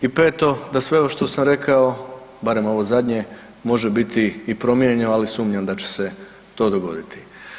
I peto, da sve ovo što sam rekao, barem ovo zadnje može biti i promijenjeno, ali sumnjam da će se to dogoditi.